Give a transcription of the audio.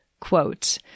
Quote